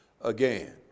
again